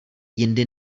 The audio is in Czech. jindy